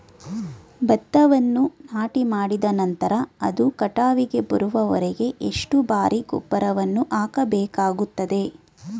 ಭತ್ತವನ್ನು ನಾಟಿಮಾಡಿದ ನಂತರ ಅದು ಕಟಾವಿಗೆ ಬರುವವರೆಗೆ ಎಷ್ಟು ಬಾರಿ ಗೊಬ್ಬರವನ್ನು ಹಾಕಬೇಕಾಗುತ್ತದೆ?